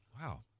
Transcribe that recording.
Wow